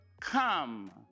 Come